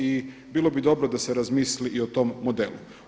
I bilo bi dobro da se razmisli i o tome modelu.